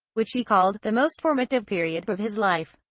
which he called the most formative period of his life.